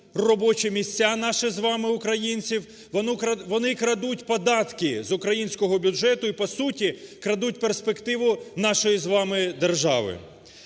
робочі місця наші з вами українців, вони крадуть податки з українського бюджету і по суті крадуть перспективу нашої з вами держави.